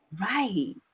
Right